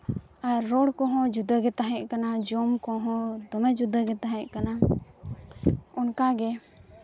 ᱟᱨ ᱨᱚᱲ ᱠᱚᱦᱚᱸ ᱡᱩᱫᱟᱹᱜᱮ ᱛᱟᱦᱮᱸ ᱠᱟᱱᱟ ᱡᱚᱢᱼᱧᱩ ᱠᱚᱦᱚᱸ ᱫᱚᱢᱮ ᱡᱩᱫᱟᱹᱜᱮ ᱛᱟᱦᱮᱸ ᱠᱟᱱᱟ ᱚᱱᱠᱟᱜᱮ